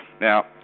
Now